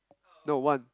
no one